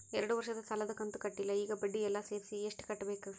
ಎರಡು ವರ್ಷದ ಸಾಲದ ಕಂತು ಕಟ್ಟಿಲ ಈಗ ಬಡ್ಡಿ ಎಲ್ಲಾ ಸೇರಿಸಿ ಎಷ್ಟ ಕಟ್ಟಬೇಕು?